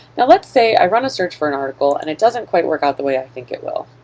now let's say i run a search for an article and it doesn't quite work out the way i think it will.